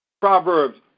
Proverbs